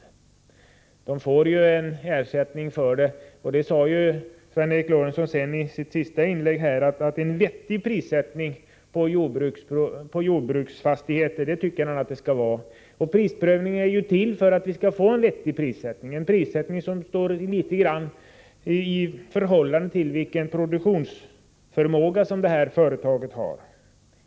Sven Eric Lorentzon sade sedan i sitt sista inlägg att han tycker att det skall vara en vettig prissättning på jordbruksfastigheter, och prisprövningen är ju till för att vi skall få just en vettig prissättning, en prissättning som står litet grand i förhållande till vilken produktionsförmåga företaget har.